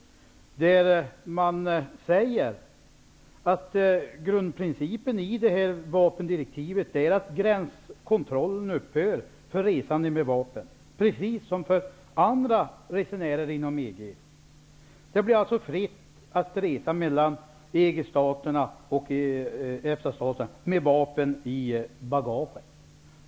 Man säger där att grundprincipen i vapendirektivet är att gränskontrollen upphör för resande med vapen, precis som för andra resenärer inom EG. Det blir alltså fritt att resa mellan EG staterna och EFTA-staterna med vapen i bagaget.